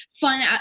fun